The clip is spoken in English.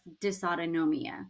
dysautonomia